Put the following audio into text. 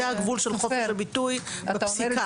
זה הגבול של חופש הביטוי בפסיקה.